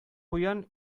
куян